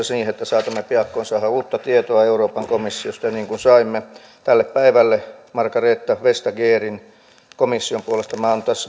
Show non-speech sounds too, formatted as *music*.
*unintelligible* siihen että saatamme piakkoin saada uutta tietoa euroopan komissiosta ja saimme tälle päivälle margrethe vestagerin komission puolesta